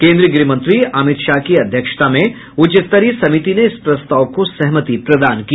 केन्द्रीय गृहमंत्री अमित शाह की अध्यक्षता में उच्चस्तरीय समिति ने इस प्रस्ताव को सहमति प्रदान की